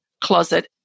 closet